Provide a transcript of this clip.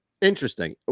Interesting